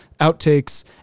outtakes